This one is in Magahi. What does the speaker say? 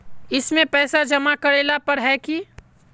इसमें पैसा जमा करेला पर है की?